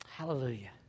Hallelujah